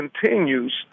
continues